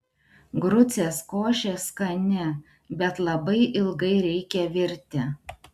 grucės košė skani bet labai ilgai reikia virti